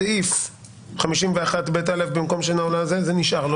בסעיף 51ב(א) במקום שאינה עולה, זה נשאר.